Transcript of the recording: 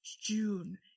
June